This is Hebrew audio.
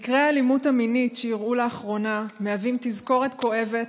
מקרי האלימות המינית שאירעו לאחרונה מהווים תזכורת כואבת